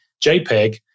JPEG